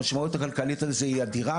המשמעות הכלכלית על זה אדירה,